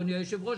אדוני היושב-ראש,